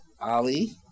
Ali